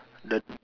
the